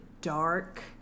dark